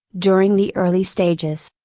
during the early stages.